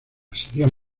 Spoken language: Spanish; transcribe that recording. serían